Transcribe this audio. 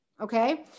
Okay